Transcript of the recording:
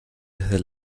desde